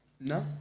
No